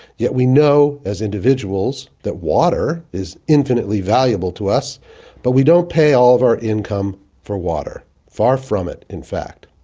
yet we know as individuals that water is infinitely valuable to us but we don't pay all of our income for water. far from it in fact.